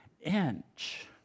inch